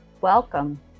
welcome